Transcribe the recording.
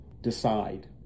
decide